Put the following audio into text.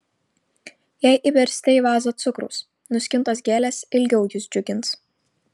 jei įbersite į vazą cukraus nuskintos gėlės ilgiau jus džiugins